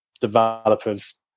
developers